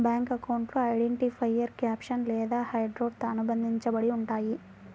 bank అకౌంట్లు identifier caption లేదా హెడర్తో అనుబంధించబడి ఉంటయ్యి